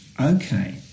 okay